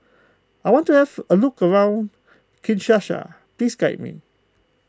I want to have a look around Kinshasa please guide me